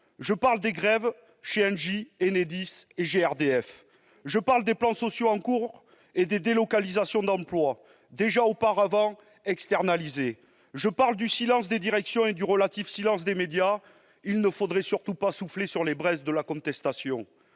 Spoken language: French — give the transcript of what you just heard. se déroulent chez Engie, Enedis, et GRDF ; je pense aux plans sociaux en cours et aux délocalisations d'emplois déjà externalisés ; je pense au silence des directions et au relatif silence des médias- il ne faudrait surtout pas souffler sur les braises de la contestation